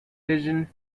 fission